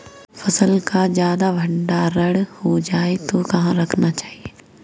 फसल का ज्यादा भंडारण हो जाए तो कहाँ पर रखना चाहिए?